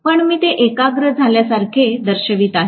पण मी ते एकाग्र झाल्यासारखे दर्शवित आहे